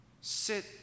Sit